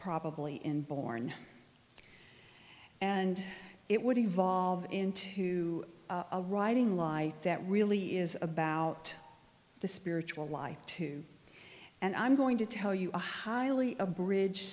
probably inborn and it would evolve into a writing life that really is about the spiritual life too and i'm going to tell you a highly a bridge